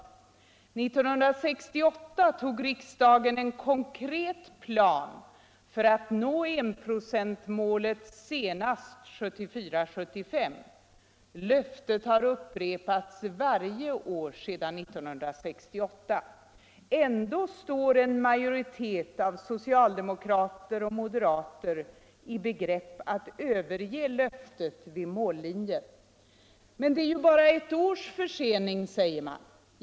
År 1968 tog riksdagen en konkret plan för att nå enprocentsmålet senast 1974/75. Löftet har upprepats varje år sedan 1968. Ändå står nu en majoritet av socialdemokrater och moderater i begrepp att överge löftet vid mållinjen. Men det är ju bara ett års försening, säger man.